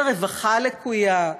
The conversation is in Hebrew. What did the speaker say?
ורווחה לקויה.